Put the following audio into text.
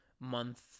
month